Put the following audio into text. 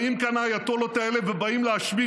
באים כאן האייתולות האלה ובאים להשמיד